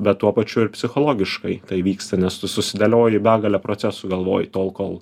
bet tuo pačiu ir psichologiškai tai vyksta nes tu susidėlioji begalę procesų galvoji tol kol